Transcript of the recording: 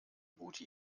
gute